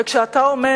וכשאתה אומר: